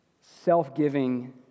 self-giving